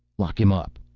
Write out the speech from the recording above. lock him up,